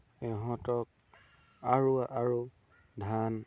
ইহঁতক আৰু আৰু ধান